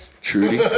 Trudy